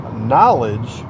knowledge